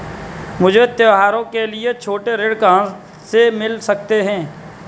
मुझे त्योहारों के लिए छोटे ऋण कहाँ से मिल सकते हैं?